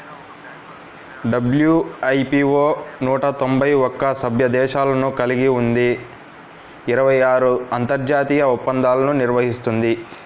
WIPO నూట తొంభై ఒక్క సభ్య దేశాలను కలిగి ఉండి ఇరవై ఆరు అంతర్జాతీయ ఒప్పందాలను నిర్వహిస్తుంది